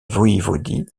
voïvodie